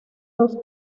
dos